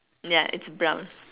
ya it's brown